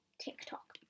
TikTok